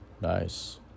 nice